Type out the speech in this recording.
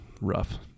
rough